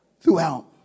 throughout